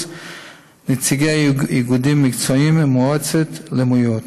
ונציגי איגודים מקצועיים ומועצות לאומיות.